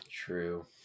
true